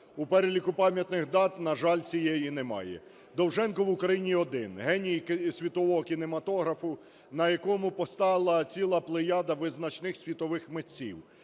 У переліку пам'ятних дат, на жаль, цієї немає. Довженко в Україні один геній світового кінематографу, на якому постала ціла плеяда визначних світових митців.